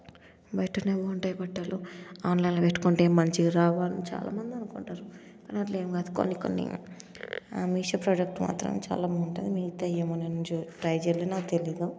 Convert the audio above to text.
బయటనే బాగుంటాయి బట్టలు ఆన్లైన్లో పెట్టుకుంటే ఏం మంచిగా రావు బట్టలు చాలా మంది అనుకుంటారు కానీ అట్లా ఏమి కాదు కొన్ని కొన్ని మీషో ప్రోడక్ట్ మాత్రం చాలా బాగుంటుంది మిగతా ఏమో నేను ట్రై చేయలేదు నాకు తెలీదు